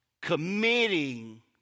committing